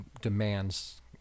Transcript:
demands